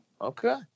Okay